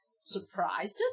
surprised